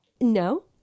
No